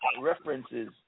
references